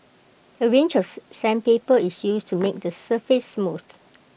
A range of sandpaper is used to make the surface smooth